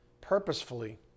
purposefully